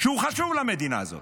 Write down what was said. שהוא חשוב למדינה הזאת,